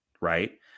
Right